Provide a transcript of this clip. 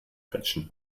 quetschen